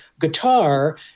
guitar